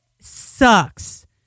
Sucks